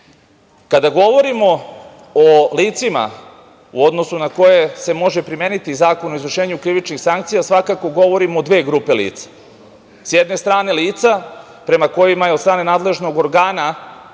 govorimo o licima u odnosu na koje se može primeniti Zakon o izvršenju krivičnih sankcija, svakako govorimo o dve grupe lica. S jedne strane, lica prema kojima je od strane nadležnog organa